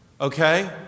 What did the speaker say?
okay